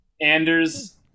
anders